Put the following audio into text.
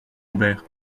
lambert